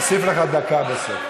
מוסיף לך דקה בסוף.